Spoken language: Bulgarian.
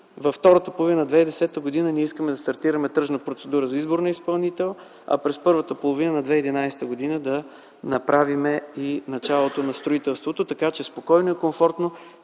през втората половина на 2010 г. искаме да стартираме тръжна процедура за избор на изпълнител, а през първата половина на 2011 г. да направим и началото на строителството, така че спокойно и комфортно